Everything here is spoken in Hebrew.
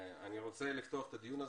אני רוצה לפתוח את הדיון.